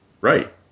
Right